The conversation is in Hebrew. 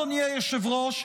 אדוני היושב-ראש,